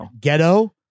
ghetto